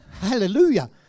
hallelujah